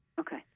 Okay